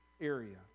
area